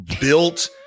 built